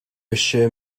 assure